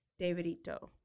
Davidito